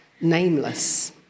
nameless